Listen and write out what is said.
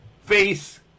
face